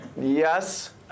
Yes